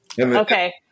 Okay